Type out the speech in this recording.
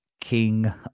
king